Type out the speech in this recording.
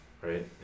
right